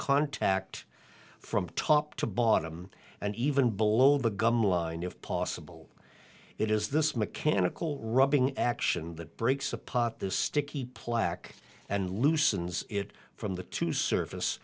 contact from top to bottom and even below the gum line of possible it is this mechanical rubbing action that breaks apart the sticky plaque and loosens it from the to surface